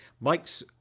Mike's